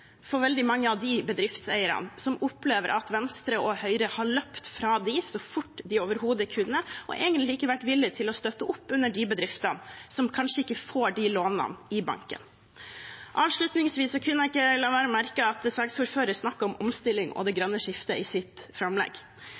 for veldig mange av de bedriftseierne, som opplever at Venstre og Høyre har løpt fra dem så fort de overhodet kunne, og egentlig ikke har vært villig til å støtte opp under de bedriftene som kanskje ikke får de lånene i banken. Avslutningsvis: Jeg kunne ikke la være å merke meg at saksordføreren snakket om omstilling og det grønne skiftet i sitt